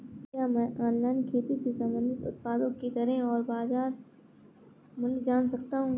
क्या मैं ऑनलाइन खेती से संबंधित उत्पादों की दरें और बाज़ार मूल्य जान सकता हूँ?